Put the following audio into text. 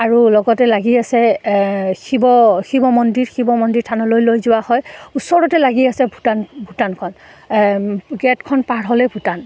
আৰু লগতে লাগি আছে শিৱ শিৱ মন্দিৰ শিৱ মন্দিৰ থানলৈ লৈ যোৱা হয় ওচৰতে লাগি আছে ভূটান ভূটানখন গে'টখন পাৰ হ'লে ভূটান